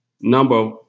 number